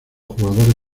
jugadores